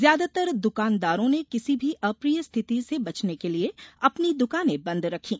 ज्यादातर द्वकानदारों ने किसी भी अप्रिय स्थिति से बचने के लिए अपनी द्वकानें बंद रखीं